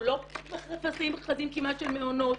אנחנו לא מפרסמים מכרזים כמעט של מעונות.